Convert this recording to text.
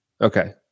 Okay